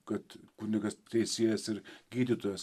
kad kunigas teisėjas ir gydytojas